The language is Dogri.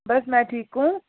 बस में ठीक आं